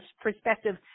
perspective